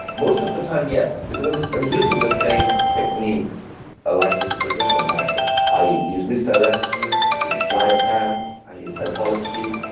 most of the time yes because i'm i'm using the same techniques ah like with traditional magic. i use misdirection, i use sleight of hand, i use psychology.